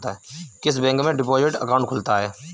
किस बैंक में deposit account खुलता है?